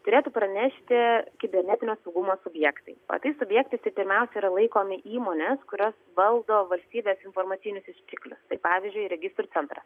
turėtų pranešti kibernetinio saugumo subjektai o tais subjektais tai pirmiausia yra laikomi įmonės kurios valdo valstybės informacinius išteklius tai pavyzdžiui registrų centras